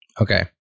Okay